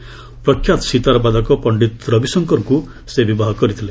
ସେ ପ୍ରଖ୍ୟାତ ସୀତାର୍ ବାଦକ ପଣ୍ଡିତ ରବିଶଙ୍କରଙ୍କୁ ବିବାହ କରିଥିଲେ